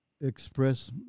express